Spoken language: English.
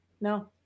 no